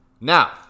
Now